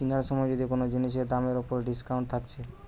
কিনার সময় যদি কুনো জিনিসের দামের উপর ডিসকাউন্ট থাকছে